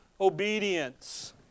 obedience